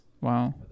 wow